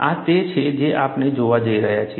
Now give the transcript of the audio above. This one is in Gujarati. આ તે છે જે આપણે જોવા જઈ રહ્યા છીએ